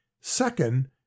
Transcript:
Second